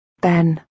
Ben